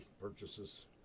purchases